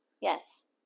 Yes